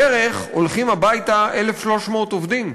בדרך הולכים הביתה 1,300 עובדים.